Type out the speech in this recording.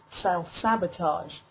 self-sabotage